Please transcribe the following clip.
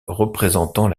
représentant